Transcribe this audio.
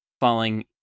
falling